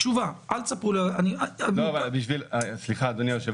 תשובה אל תספרו לי --- אדוני היושב-ראש,